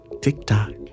Tick-tock